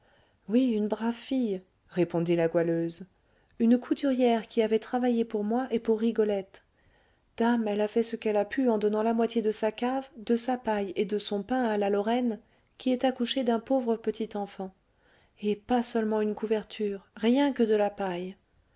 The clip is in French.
oui une brave fille répondit la goualeuse une couturière qui avait travaillé pour moi et pour rigolette dame elle a fait ce qu'elle a pu en donnant la moitié de sa cave de sa paille et de son pain à la lorraine qui est accouchée d'un pauvre petit enfant et pas seulement une couverture rien que de la paille